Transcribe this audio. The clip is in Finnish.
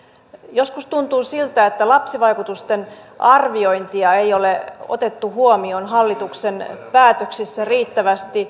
joskus tuntuu siltä että lapsivaikutusten arviointia ei ole otettu huomioon hallituksen päätöksissä riittävästi